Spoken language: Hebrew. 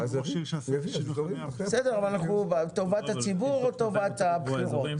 אנחנו לטובת הציבור או לטובת הבחירות?